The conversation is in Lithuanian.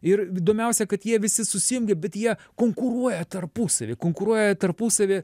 ir įdomiausia kad jie visi susijungia bet jie konkuruoja tarpusavy konkuruoja tarpusavy